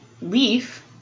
leaf